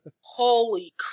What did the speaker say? Holy